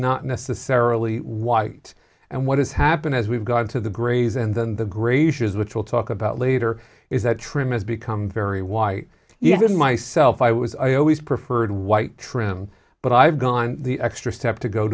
not necessarily white and what has happened as we've gotten to the grays and then the gray shoes which we'll talk about later is that trim is become very white even myself i was i always preferred white trim but i've gone the extra step to go